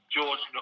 George